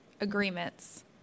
agreements